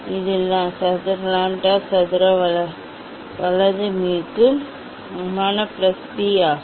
இது லாம்ப்டா சதுர வலது mu க்கு சமமான பிளஸ் பி ஆகும்